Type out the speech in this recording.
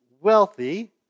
wealthy